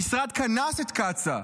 המשרד קנס את קצא"א,